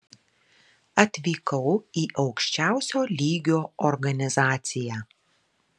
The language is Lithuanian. atvykau į aukščiausio lygio organizaciją